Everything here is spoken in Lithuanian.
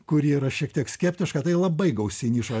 kuri yra šiek tiek skeptiška tai labai gausi niša